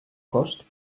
cost